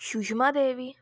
Sushma Devi